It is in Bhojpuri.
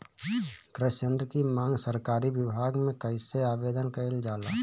कृषि यत्र की मांग सरकरी विभाग में कइसे आवेदन कइल जाला?